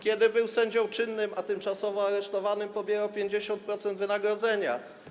Kiedy był sędzią czynnym, a tymczasowo aresztowanym, pobierał 50% wynagrodzenia.